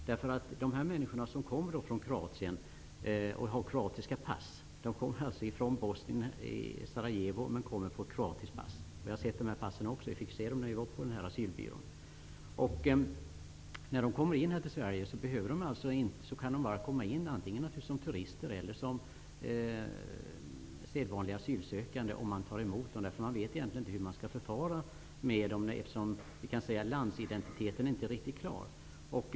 De bosnier som kommer från Sarajevo och har kroatiskt pass -- jag fick se dessa pass när vi var på asylbyrån -- kan antingen komma till Sverige som turister eller som sedvanliga asylsökande. De tas emot. Man vet ju egentligen inte hur man skall förfara med dem, eftersom landsidentiteten inte riktigt är klar.